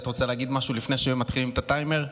את רוצה להגיד משהו לפני שמתחילים את הטיימר?